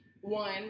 one